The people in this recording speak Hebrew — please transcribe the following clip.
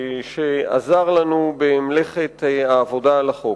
שעזר לנו במלאכת העבודה על החוק.